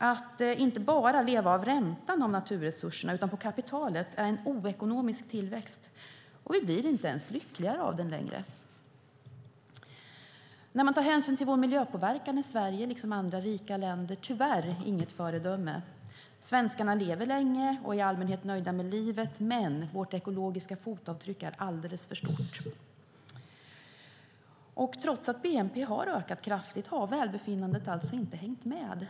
Att inte bara leva av räntan av naturresurserna utan på kapitalet är en oekonomisk tillväxt, och vi blir inte ens lyckligare av den längre. När man tar hänsyn till Sveriges miljöpåverkan, liksom andra rika länders miljöpåverkan, är vi tyvärr inget föredöme. Svenskarna lever länge och är i allmänhet nöjda med livet. Men vårt ekologiska fotavtryck är alldeles för stort. Trots att bnp har ökat kraftigt har välbefinnandet alltså inte hängt med.